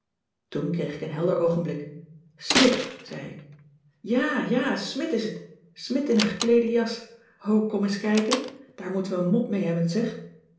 toen kreeg ik een helder oogenblik smidt zei ik ja ja smidt is t smidt in een gekleede jas o kom ès kijken daar moeten we een mop mee hebben zeg